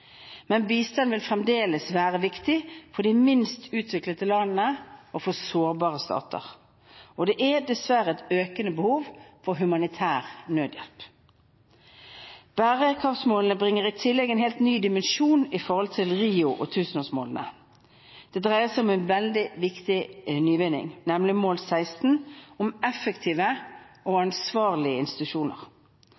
Men bistand vil fremdeles være viktig for de minst utviklede landene og for sårbare stater, og det er dessverre et økende behov for humanitær nødhjelp. Bærekraftsmålene bringer i tillegg inn en helt ny dimensjon i forhold til Rio og tusenårsmålene. Det dreier seg om en veldig viktig nyvinning, nemlig mål 16, om effektive og ansvarlige institusjoner.